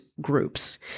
groups